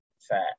sad